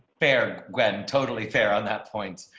fair when totally fair on that point,